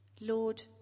Lord